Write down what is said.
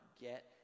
get